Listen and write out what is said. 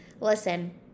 listen